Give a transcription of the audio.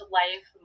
life